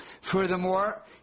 Furthermore